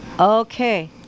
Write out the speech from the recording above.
Okay